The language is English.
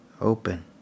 open